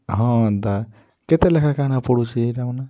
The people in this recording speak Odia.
ହଁ ଦା କେତେ ଲେଖା କାଣା ପଡୁଛେ ଇଟା ମାନେ